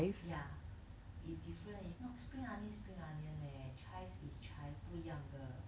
ya is different is not spring onions is spring onion chives is chives 不一样的